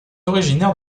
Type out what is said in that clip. originaire